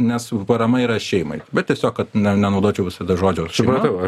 nes parama yra šeimai bet tiesiog kad nenaudočiau visada žodžio šeima